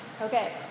Okay